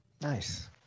Nice